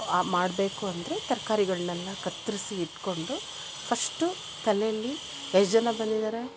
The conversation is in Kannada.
ಮಾಡಬೇಕು ಅಂದರೆ ತರಕಾರಿಗಳ್ನೆಲ್ಲ ಕತ್ತರಿಸಿ ಇಟ್ಟುಕೊಂಡು ಫಸ್ಟು ತಲೆಯಲ್ಲಿ ಎಷ್ಟು ಜನ ಬಂದಿದ್ದಾರೆ